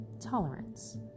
tolerance